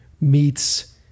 meets